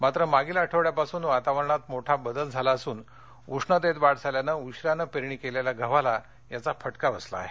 मात्र मागील आठवड्यापासून वातावरणात मोठा बदल झाला असून उष्णतेत वाढ झाल्यानं उशिराने पेरणी केलेल्या गव्हाला याचा फटका बसला आहे